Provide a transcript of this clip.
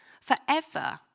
forever